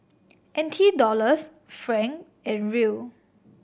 N T Dollars franc and Riel